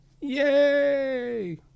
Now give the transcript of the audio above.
Yay